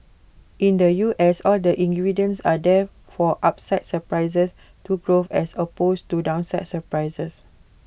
in the U S all the ingredients are there for upside surprises to growth as opposed to downside surprises